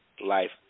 life